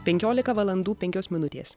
penkiolika valandų penkios minutės